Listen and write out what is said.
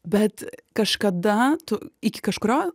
bet kažkada tu iki kažkurio